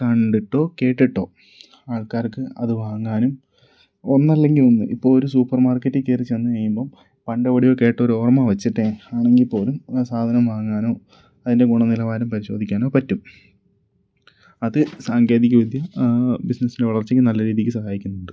കണ്ടിട്ടോ കേട്ടിട്ടോ ആൾക്കാർക്ക് അത് വാങ്ങാനും ഒന്നല്ലെങ്കിൽ ഒന്ന് ഇപ്പോൾ ഒരു സൂപ്പർ മാർക്കറ്റിൽ കയറിച്ചെന്ന് കഴിയുമ്പം പണ്ടെവിടെയൊ കേട്ടൊരു ഓർമ്മ വെച്ചിട്ട് ആണെങ്കിൽ പോലും സാധനം വാങ്ങാനോ അതിൻ്റെ ഗുണനിലവാരം പരിശോധിക്കാനോ പറ്റും അത് സാങ്കേതിക വിദ്യ ബിസിനസ്സിൻ്റെ വളർച്ചക്ക് നല്ല രീതിക്ക് സഹായിക്കുന്നുണ്ട്